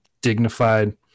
dignified